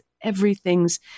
everything's